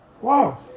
wow